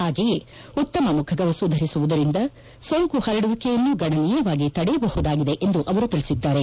ಹಾಗೆಯೇ ಉತ್ತಮ ಮುಖಗವಸು ಧರಿಸುವುದರಿಂದ ಸೋಂಕು ಹರಡುವಿಕೆಯನ್ನು ಗಣನೀಯವಾಗಿ ತಡೆಯಬಹುದಾಗಿದೆ ಎಂದು ಅವರು ತಿಳಿಸಿದ್ದಾರೆ